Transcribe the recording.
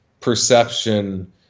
perception